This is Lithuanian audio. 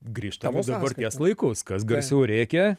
grįžtam į dabarties laikus kas garsiau rėkia